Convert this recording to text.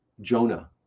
Jonah